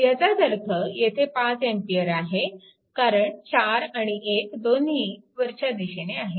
ह्याचाच अर्थ येथे 5A आहे कारण 4 आणि 1 दोन्ही वरच्या दिशेने आहेत